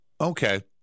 Okay